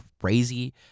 crazy